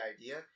idea